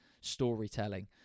storytelling